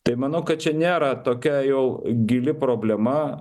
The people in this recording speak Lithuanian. tai manau kad čia nėra tokia jau gili problema